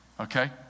Okay